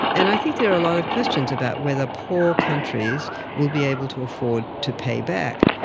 and i think there are a lot of questions about whether poor countries will be able to afford to pay back.